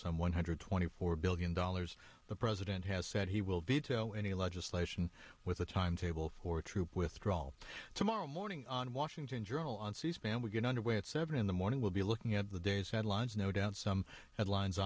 some one hundred twenty four billion dollars the president has said he will veto any legislation with a timetable for troop withdrawal tomorrow morning on washington journal on c span we get under way at seven in the morning we'll be looking at the day's headlines no doubt some headlines